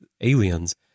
aliens